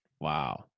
Wow